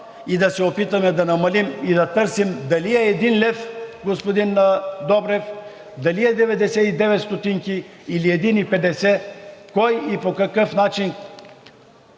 и да се опитаме да намалим и да търсим дали е един лев, господин Добрев, дали е 0,99 стотинки или 1,50 – кой по какъв начин,